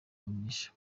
umugisha